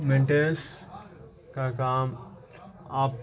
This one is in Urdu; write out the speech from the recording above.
مینٹینس کا کام آپ